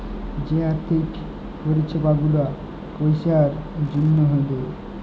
যে আথ্থিক পরিছেবা গুলা পইসার জ্যনহে দেয়